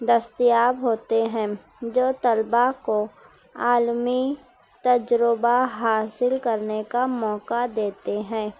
دستیاب ہوتے ہیں جو طلبا کو عالمی تجربہ حاصل کرنے کا موقع دیتے ہیں